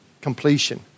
completion